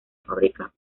fábrica